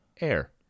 air